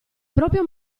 proprio